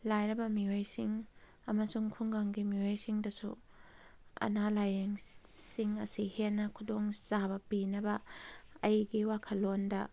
ꯂꯥꯏꯔꯕ ꯃꯤꯑꯣꯏꯁꯤꯡ ꯑꯃꯁꯨꯡ ꯈꯨꯡꯒꯪꯒꯤ ꯃꯤꯑꯣꯏꯁꯤꯡꯗꯁꯨ ꯑꯅꯥ ꯂꯥꯏꯌꯦꯡ ꯁꯤꯡ ꯑꯁꯤ ꯍꯦꯟꯅ ꯈꯨꯗꯣꯡ ꯆꯥꯕ ꯄꯤꯅꯕ ꯑꯩꯒꯤ ꯋꯥꯈꯜꯂꯣꯟꯗ